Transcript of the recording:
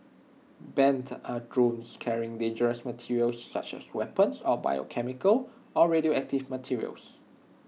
banned are drones carrying dangerous materials such as weapons or biochemical or radioactive materials